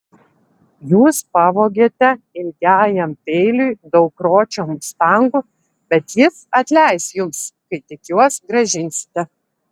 jūs pavogėte ilgajam peiliui daug ročio mustangų bet jis atleis jums kai tik juos grąžinsite